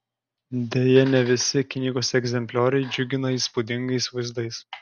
deja ne visi knygos egzemplioriai džiugina įspūdingais vaizdais